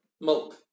milk